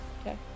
Okay